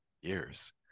Years